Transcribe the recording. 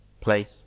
place